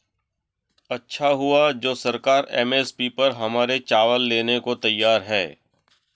अच्छा हुआ जो सरकार एम.एस.पी पर हमारे चावल लेने को तैयार है